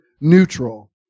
neutral